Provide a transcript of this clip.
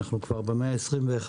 אנחנו כבר במאה ה-21,